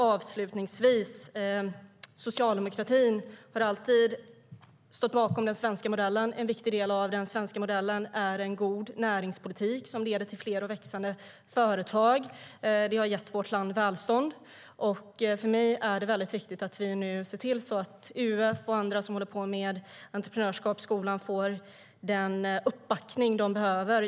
Avslutningsvis: Socialdemokratin har alltid stått bakom den svenska modellen, och en viktig del av den svenska modellen är en god näringspolitik som leder till fler och växande företag. Det har gett vårt land välstånd. För mig är det väldigt viktigt att vi nu ser till att UF och andra som håller på med entreprenörskap i skolan får den uppbackning de behöver.